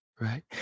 Right